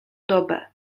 dobę